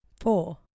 four